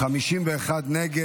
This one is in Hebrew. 51 נגד.